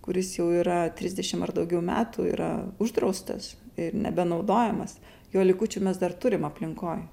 kuris jau yra trisdešim ar daugiau metų yra uždraustas ir nebenaudojamas jo likučių mes dar turim aplinkoj